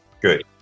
good